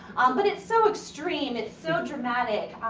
um but it's so extreme. it's so dramatic.